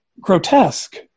grotesque